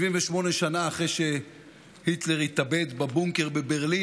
78 שנה אחרי שהיטלר התאבד בבונקר בברלין,